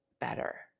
better